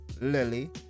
Lily